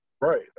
right